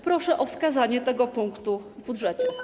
Proszę o wskazanie tego punktu w budżecie.